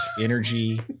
energy